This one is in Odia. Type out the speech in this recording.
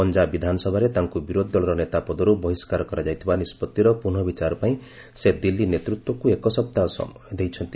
ପଞ୍ଜାବ ବିଧାନସଭାରେ ତାଙ୍କୁ ବିରୋଧୀ ଦଳର ନେତା ପଦରୁ ବହିଷ୍କାର କରାଯାଇଥିବା ନିଷ୍ପଭିର ପୁନଃ ବିଚାର ପାଇଁ ସେ ଦିଲ୍ଲୀ ନେତୃତ୍ୱକୁ ଏକ ସପ୍ତାହ ସମୟ ଦେଇଛନ୍ତି